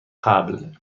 قبل